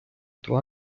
два